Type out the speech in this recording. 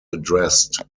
addressed